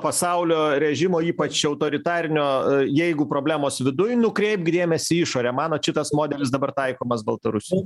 pasaulio režimo ypač autoritarinio jeigu problemos viduj nukreipk dėmesį į išorę manot šitas modelis dabar taikomas baltarusijoj